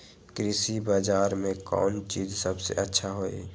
कृषि बजार में कौन चीज सबसे अच्छा होई?